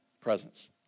Presence